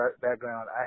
background